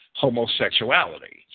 homosexuality